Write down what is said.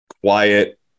quiet